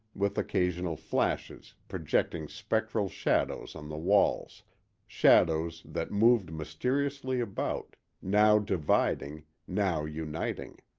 with occasional flashes, projecting spectral shadows on the walls shadows that moved mysteriously about, now dividing, now uniting.